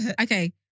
okay